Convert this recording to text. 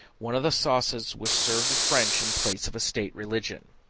one of the sauces which serve the french in place of a state religion.